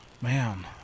Man